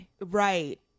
Right